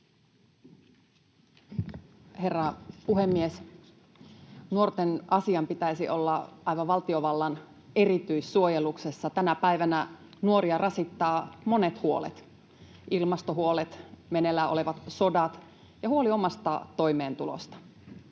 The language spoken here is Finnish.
Herra puhemies! Nuorten asian pitäisi olla aivan valtiovallan erityissuojeluksessa. Tänä päivänä nuoria rasittavat monet huolet: ilmastohuolet, meneillään olevat sodat ja huoli omasta toimeentulosta.